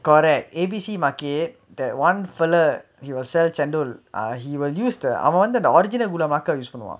correct A_B_C market got one fellow he will sell chendol he will use the அவ வந்து அந்த:ava vanthu antha original gula melaka use பண்ணுவா:pannuvaa